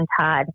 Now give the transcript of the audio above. Todd